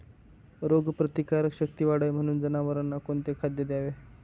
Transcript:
रोगप्रतिकारक शक्ती वाढावी म्हणून जनावरांना कोणते खाद्य द्यावे?